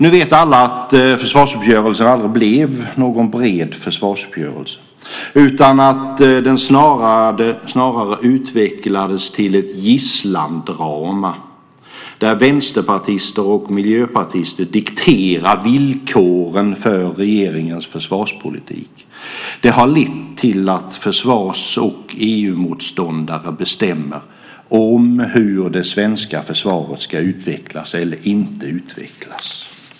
Nu vet alla att försvarsuppgörelsen aldrig blev någon bred försvarsuppgörelse utan att den snarare utvecklades till ett gisslandrama, där vänsterpartister och miljöpartister dikterade villkoren för regeringens försvarspolitik. Det har lett till att försvars och EU-motståndare bestämmer hur det svenska försvaret ska utvecklas - eller inte utvecklas.